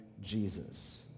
Jesus